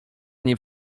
nie